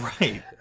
Right